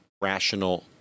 rational